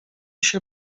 się